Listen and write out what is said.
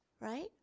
right